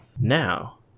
Now